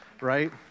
right